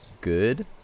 good